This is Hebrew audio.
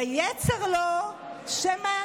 ויצר לו שמא